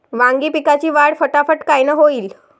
वांगी पिकाची वाढ फटाफट कायनं होईल?